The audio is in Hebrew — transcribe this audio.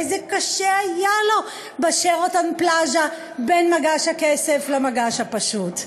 איזה קשה היה לו ב"שרתון פלאזה" בין מגש הכסף למגש הפשוט.